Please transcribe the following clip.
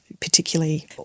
particularly